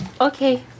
Okay